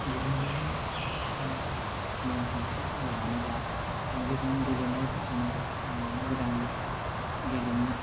गुबुन गुबुन नेम खान्थिखौ सोलायनानै दा गोजाम गेलेनायफोरखौनो गोदान गेलेमु